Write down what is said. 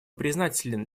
признателен